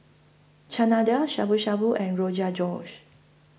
Chana Dal Shabu Shabu and Rogan Josh